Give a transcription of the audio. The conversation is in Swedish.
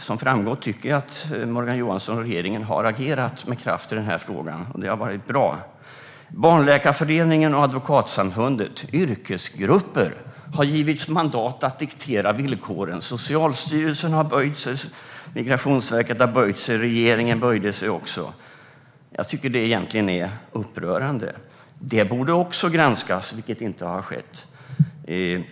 Som framgått tycker jag att Morgan Johansson och regeringen faktiskt har agerat med kraft i den här frågan, och det har varit bra. Barnläkarföreningen och Advokatsamfundet, yrkesgrupper, har givits mandat att diktera villkoren. Socialstyrelsen har böjt sig. Migrationsverket har böjt sig, och regeringen böjde sig också. Jag tycker att det är upprörande. Det borde också granskas, vilket inte har skett.